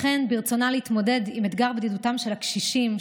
לכן ברצונה להתמודד עם אתגר בדידותם של הקשישים,